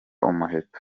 umuheto